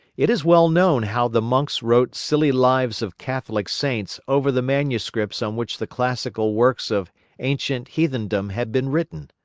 it is well known how the monks wrote silly lives of catholic saints over the manuscripts on which the classical works of ancient heathendom had been written.